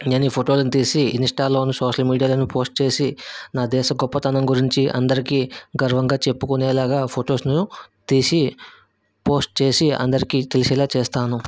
నేను ఈ ఫోటోలు తీసి ఇన్స్టాలోను సోషల్ మీడియాలోను పోస్ట్ చేసి నా దేశం గొప్పతనం గురించి అందరికీ గర్వంగా చెప్పుకునే లాగా ఫొటోస్ను తీసి పోస్ట్ చేసి అందరికి తెలిసేలాగా చేస్తాను